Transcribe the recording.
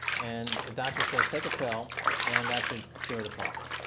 and the doctor says, take a pill and that should cure the problem.